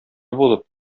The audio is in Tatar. булып